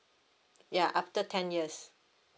ya after ten years